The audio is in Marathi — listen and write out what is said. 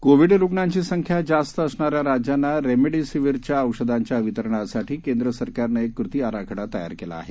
कोविड रुग्णांची संख्या जास्त असणाऱ्या राज्यांना रेमडेसीवीरच्या औषधाच्या वितरणासाठी केंद्र सरकारनं एक कृती आराखडा तयार केला आहे